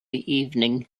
evening